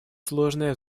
сложная